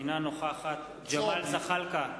אינה נוכחת ג'מאל זחאלקה,